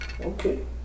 Okay